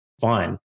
fine